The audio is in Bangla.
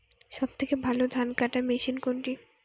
সবথেকে ভালো ধানকাটা মেশিন কোনটি?